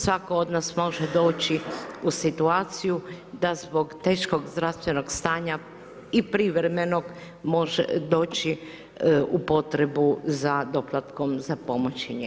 Svatko od nas može doći u situaciju da zbog teškog zdravstvenog stanja i privremenog može doći u potrebu za doplatkom za pomoć i njegu.